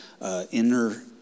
inner